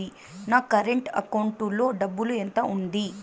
నా current account లో డబ్బులు ఎంత ఉంది?